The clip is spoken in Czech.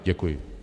Děkuji.